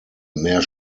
mehr